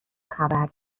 خبر